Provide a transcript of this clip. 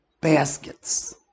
baskets